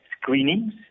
screenings